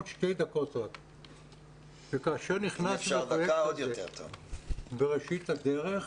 כאשר נכנסנו בראשית הדרך,